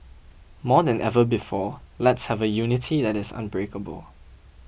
more than ever before let's have a unity that is unbreakable